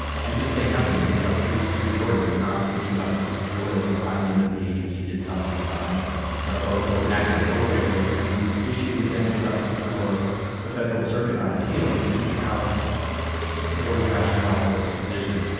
and just say nothing. it'd be like, here's here's the order. we're not taking up this appeal, or we're finding that the agency did something fine or or acted appropriately, and the issue would then get up before the federal circuit on appeal, and they didn't have the the board's rationale for its decision.